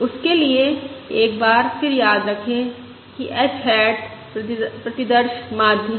उसके लिए एक बार फिर याद रखें कि h हैट प्रतिदर्श माध्य है